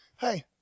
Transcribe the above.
hey